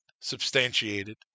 substantiated